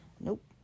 Nope